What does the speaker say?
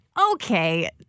okay